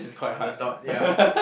uh the dot ya